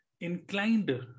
inclined